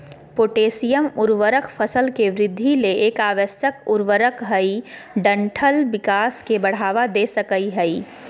potassium उर्वरक फसल के वृद्धि ले एक आवश्यक उर्वरक हई डंठल विकास के बढ़ावा दे सकई हई